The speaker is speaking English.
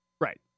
Right